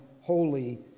holy